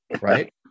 right